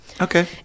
Okay